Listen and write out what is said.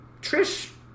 Trish